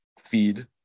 feed